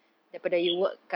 mmhmm